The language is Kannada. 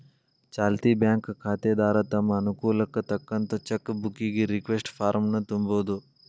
ಚಾಲ್ತಿ ಬ್ಯಾಂಕ್ ಖಾತೆದಾರ ತಮ್ ಅನುಕೂಲಕ್ಕ್ ತಕ್ಕಂತ ಚೆಕ್ ಬುಕ್ಕಿಗಿ ರಿಕ್ವೆಸ್ಟ್ ಫಾರ್ಮ್ನ ತುಂಬೋದು